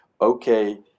okay